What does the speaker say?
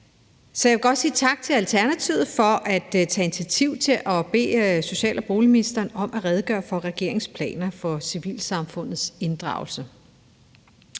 Så jeg vil godt sige tak til Alternativet for at tage initiativ til at bede social- og boligministeren om at redegøre for regeringens planer for civilsamfundets inddragelse.